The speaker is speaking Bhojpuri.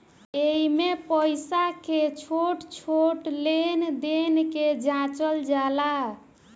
एइमे पईसा के छोट छोट लेन देन के जाचल जाला